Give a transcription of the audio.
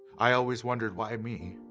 i always wondered why me?